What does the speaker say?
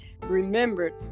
remembered